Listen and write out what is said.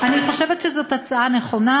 אני חושבת שזאת הצעה נכונה,